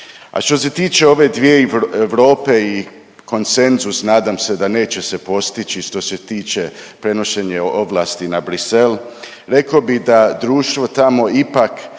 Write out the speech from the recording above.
A što se tiče ove dvije Europe i konsenzus nadam se da neće se postići što se tiče prenošenje ovlasti na Bruxelles. Rekao bih da društvo tamo ipak